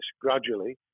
gradually